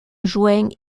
joint